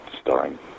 starring